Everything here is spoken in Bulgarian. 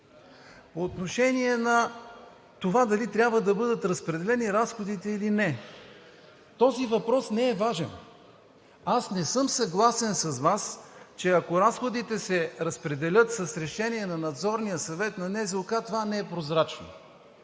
По отношение на това дали трябва да бъдат разпределени разходите или не. Този въпрос не е важен. Аз не съм съгласен с Вас, че ако разходите се разпределят с решение на Надзорния съвет на НЗОК, това не е прозрачно.